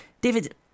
David